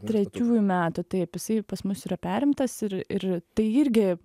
trečiųjų metų taip jisai pas mus yra perimtas ir ir tai irgi